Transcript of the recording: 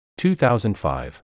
2005